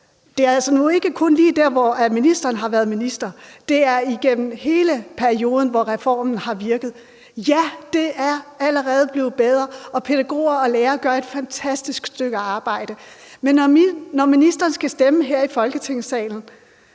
det er altså ikke kun i den tid, hvor ministeren har været minister. Det er igennem hele perioden, hvor reformen har virket. Ja, det er allerede blevet bedre, og pædagoger og lærere gør et fantastisk stykke arbejde. Men når ministeren skal stemme her i Folketingssalen,